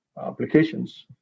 applications